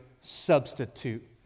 substitute